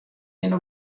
binne